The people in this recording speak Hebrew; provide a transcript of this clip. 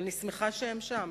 אבל אני שמחה שהם שם.